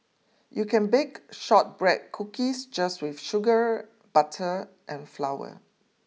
you can bake Shortbread Cookies just with sugar butter and flour